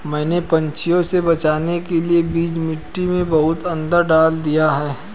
मैंने पंछियों से बचाने के लिए बीज मिट्टी के बहुत अंदर डाल दिए हैं